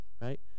Right